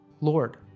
Lord